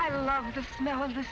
i love the smell of the